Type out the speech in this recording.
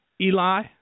Eli